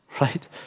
right